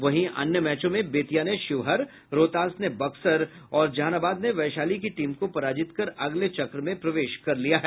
वहीं अन्य मैचों में बेतिया ने शिवहर रोहतास ने बक्सर और जहानाबाद ने वैशाली की टीम को पराजित कर अगले चक्र में प्रवेश कर लिया है